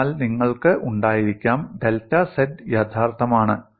അതിനാൽ നിങ്ങൾക്ക് ഉണ്ടായിരിക്കാം ഡെൽറ്റ z യഥാർത്ഥമാണ്